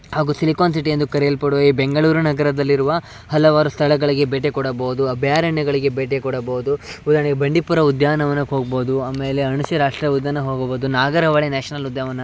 ಹಾಗೂ silicon city ಎಂದು ಕರೆಯಲ್ಪಡುವ ಈ ಬೆಂಗಳೂರು ನಗರದಲ್ಲಿರುವ ಹಲವಾರು ಸ್ಥಳಗಳಿಗೆ ಭೇಟಿ ಕೊಡಬೋದು ಅಭಯಾರಣ್ಯಗಳಿಗೆ ಭೇಟಿ ಕೊಡಬೌದು ಉದಾಹರ್ಣೆಗೆ ಬಂಡಿಪುರ ಉದ್ಯಾನವನಕ್ಕೆ ಹೋಗ್ಬೌದು ಆಮೇಲೆ ಅಣಶಿ ರಾಷ್ಟ್ರೀಯ ಉದ್ಯಾನ ಹೋಗಬೌದು ನಾಗರಹೊಳೆ ನ್ಯಾಷ್ನಲ್ ಉದ್ಯಾನವನ